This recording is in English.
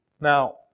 Now